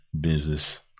business